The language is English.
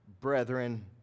brethren